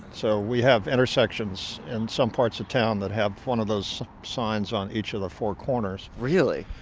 so we have intersections in some parts of town that have one of those signs on each of the four corners really?